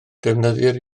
defnyddir